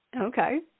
Okay